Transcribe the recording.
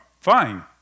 fine